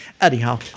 Anyhow